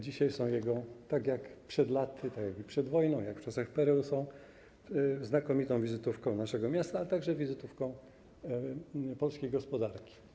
Dzisiaj tak jak przed laty, tak jak i przed wojną, jak w czasach PRL, targi są znakomitą wizytówką naszego miasta, a także wizytówką polskiej gospodarki.